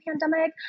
pandemic